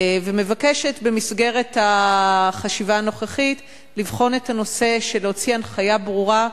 ומבקשת במסגרת החשיבה הנוכחית לבחון הוצאה של הנחיה ברורה,